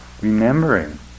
Remembering